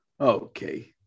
Okay